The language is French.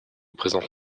présente